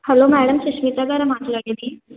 hello madam Sushmita గారా మాట్లాడేది